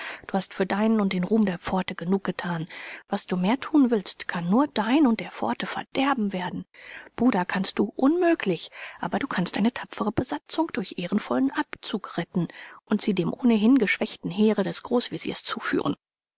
du hast für deinen und den ruhm der pforte genug gethan was du mehr thun willst kann nur dein und der pforte verderben werden buda kannst du unmöglich aber du kannst eine tapfere besatzung durch ehrenvollen abzug retten und sie dem ohnehin geschwächten heere des großveziers zuführen